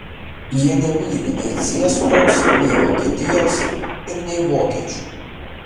jie nemyli nei ciesoriaus nei vokietijos ir nei vokiečių